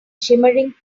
shimmering